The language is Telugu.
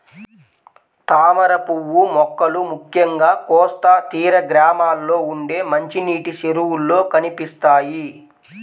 తామరపువ్వు మొక్కలు ముఖ్యంగా కోస్తా తీర గ్రామాల్లో ఉండే మంచినీటి చెరువుల్లో కనిపిస్తాయి